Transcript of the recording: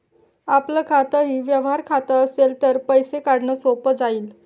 आपलं खातंही व्यवहार खातं असेल तर पैसे काढणं सोपं जाईल